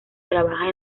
trabaja